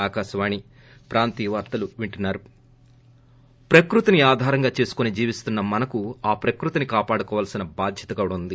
break ప్రకృతిని ఆధారంగా చేసుకుని జీవిస్తున్న మనకి ఆ ప్రకృతిని కాపాడుకోవలసిన బాధ్యత కూడా ఉంది